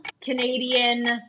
Canadian